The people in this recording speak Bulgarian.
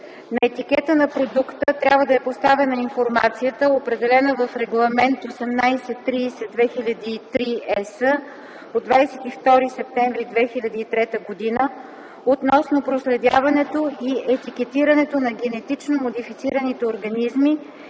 На етикета на продукта трябва да е поставена информацията, определена в Регламент 1830/2003/ЕС от 22 септември 2003 г. относно проследяването и етикетирането на генетично модифицирани организми